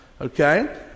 okay